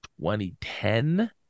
2010